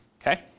Okay